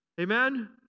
Amen